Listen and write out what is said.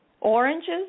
Oranges